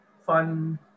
fun